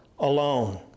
alone